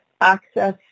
access